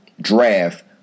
draft